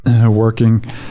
Working